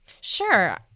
Sure